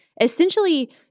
essentially